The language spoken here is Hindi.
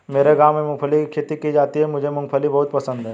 मेरे गांव में मूंगफली की खेती की जाती है मुझे मूंगफली बहुत पसंद है